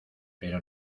pero